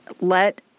let